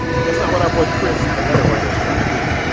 but that's not what our boy chris, the letter-writer, is trying to do.